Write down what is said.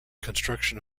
construction